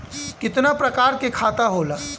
कितना प्रकार के खाता होला?